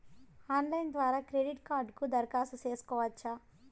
Online ద్వారా credit కార్డుకు దరఖాస్తు సేసుకోవచ్చా?